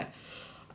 I'm like